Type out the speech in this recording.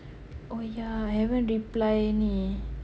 oh ya I haven't reply ni